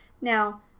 Now